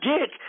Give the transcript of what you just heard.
Dick